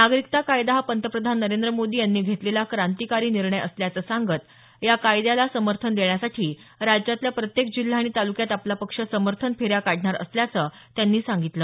नागरिकता कायदा हा पंतप्रधान नरेंद्र मोदी यांनी घेतलेला क्रांतिकारक निर्णय असल्याचं सांगत या कायद्याला समर्थन देण्यासाठी राज्यातल्या प्रत्येक जिल्हा आणि तालुक्यात आपला पक्ष समर्थन फेऱ्या काढणार असल्याचं त्यांनी सांगितलं